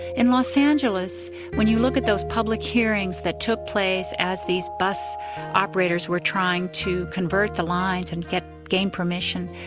in los angeles when you look at those public hearings that took place as these bus operators were trying to convert the lines and gain permission,